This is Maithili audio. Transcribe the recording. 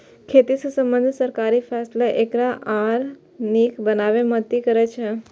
खेती सं संबंधित सरकारी फैसला एकरा आर नीक बनाबै मे मदति करै छै